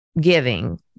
giving